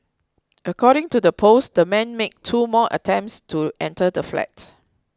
according to the post the man made two more attempts to enter the flat